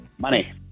money